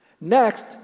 Next